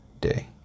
day